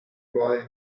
boy